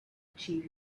achieve